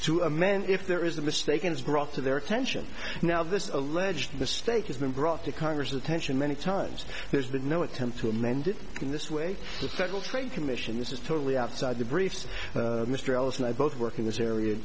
to amend if there is a mistake it's brought to their attention now this alleged mistake has been brought to congress attention many times there's been no attempt to amend it in this way the federal trade commission this is totally outside the briefs mr ellis and i both work in this area